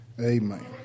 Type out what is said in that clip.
Amen